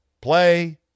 play